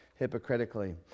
hypocritically